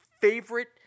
favorite